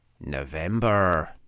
November